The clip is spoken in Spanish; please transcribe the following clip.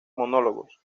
monólogos